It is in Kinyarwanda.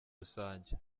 rusange